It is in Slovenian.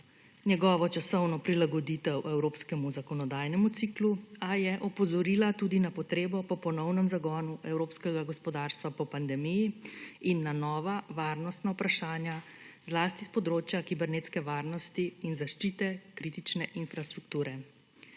njegovo časovno prilagoditev evropskemu zakonodajnemu ciklu, a je opozorila tudi na potrebo po ponovnem zagonu evropskega gospodarstva po pandemiji in na nova varnostna vprašanja, zlasti s področja kibernetske varnosti in zaščite kritične infrastrukture.